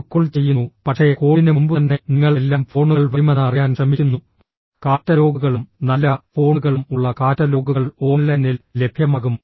ഒരു കോൾ ചെയ്യുന്നു പക്ഷേ കോളിന് മുമ്പുതന്നെ നിങ്ങൾ എല്ലാം ഫോണുകൾ വരുമെന്ന് അറിയാൻ ശ്രമിക്കുന്നു കാറ്റലോഗുകളും നല്ല ഫോണുകളും ഉള്ള കാറ്റലോഗുകൾ ഓൺലൈനിൽ ലഭ്യമാകും